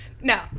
no